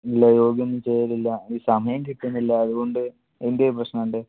ഇല്ല യോഗയൊന്നും ചെയ്യലില്ല ഈ സമയം കിട്ടുന്നില്ല അതുകൊണ്ട് എന്തെങ്കിലും പ്രശ്നമെന്തേ